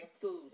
food